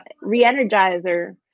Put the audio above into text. re-energizer